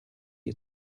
you